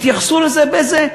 התייחסו לזה באיזה,